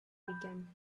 began